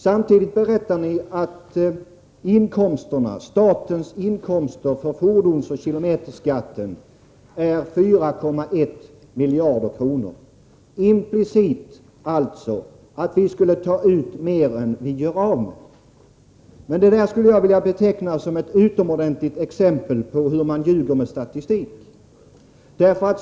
Samtidigt berättar ni att statens inkomster för fordonsoch kilometerskatt är 4,1 miljarder kronor. Implicit alltså att vi skulle ta ut mer än vad vi gör av med. Det här skulle jag vilja beteckna som ett utomordentligt exempel på hur man ljuger med statistik.